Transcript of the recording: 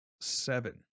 seven